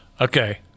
Okay